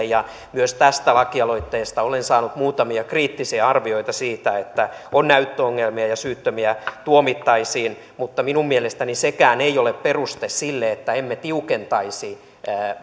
ja myös tästä lakialoitteesta olen saanut muutamia kriittisiä arvioita siitä että on näyttöongelmia ja syyttömiä tuomittaisiin mutta minun mielestäni sekään ei ole peruste sille että emme tiukentaisi